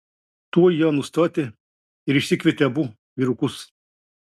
tuoj ją nustatė ir išsikvietė abu vyrukus